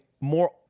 more